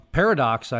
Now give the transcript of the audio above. paradox